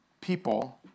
people